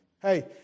Hey